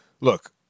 look